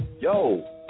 yo